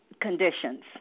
conditions